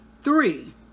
Three